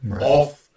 off